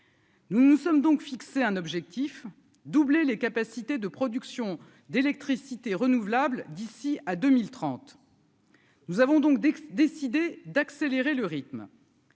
Nous nous sommes donc fixé un objectif : doubler les capacités de production d'électricité renouvelable d'ici à 2030. Nous avons donc d'Aix, décidé d'accélérer le rythme.